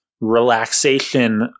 relaxation